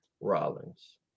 Rollins